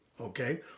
Okay